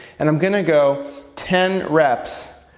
and i'm gonna go ten reps,